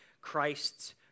Christ's